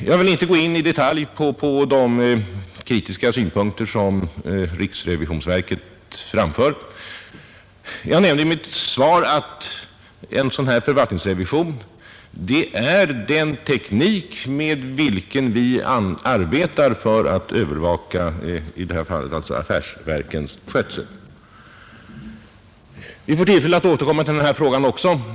Jag vill inte gå in i detalj på de kritiska synpunkter som riksrevisionsverket framför. Jag nämnde i mitt svar att en förvaltningsrevision är den teknik med vilken vi arbetar för att övervaka affärsverkens skötsel. Vi får tillfälle att återkomma till denna fråga också.